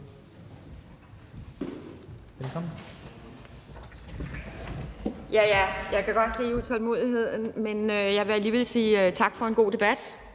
Velkommen.